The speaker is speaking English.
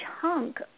chunk